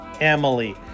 Emily